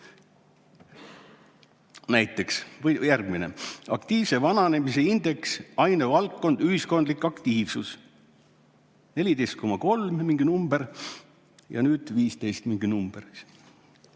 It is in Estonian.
"ei tea". Või järgmine: aktiivsena vananemise indeks, ainevaldkond "Ühiskondlik aktiivsus" – 14,3, mingi number ja nüüd 15, mingi number,